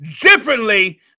Differently